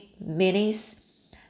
minutes